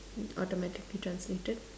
automatically translated